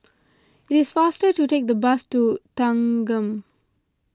it is faster to take the bus to Thanggam